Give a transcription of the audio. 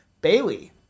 Bailey